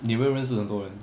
你有没有认识很多人